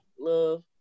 love